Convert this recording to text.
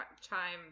time